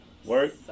Work